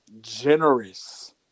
generous